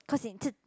cause it